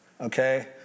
Okay